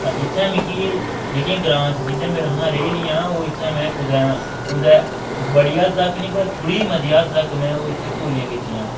ते इत्थें मिगी जेह्किया ग्रांऽ च चीजां मेरे कशा रेही दियां ओह् इत्थै मैं कुदै न कुदै बढ़िया तक नेईं पर थोह्ड़ी मती अद्धा तक में ओह् इत्थै पूरियां कीतियां